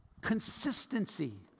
Consistency